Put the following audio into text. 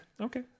Okay